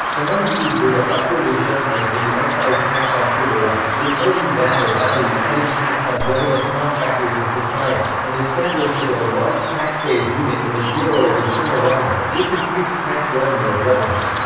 among these were the upward adjustment in the excise tax on cigarettes, withholding vat or value-added tax on government contractors and suppliers, and establishment of a large taxpayers' unit in the bureau of internal revenue which increased tax revenue of government.